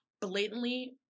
blatantly